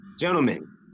gentlemen